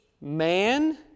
man